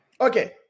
Okay